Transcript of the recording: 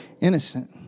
innocent